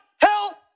help